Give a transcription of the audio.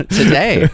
today